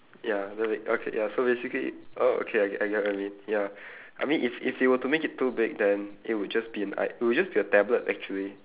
ya then like okay ya so basically oh okay I get get what you mean ya I mean if if they were to make it too big then it will just be an i~ it would just be a tablet actually